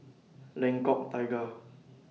Lengkok Tiga